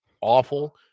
awful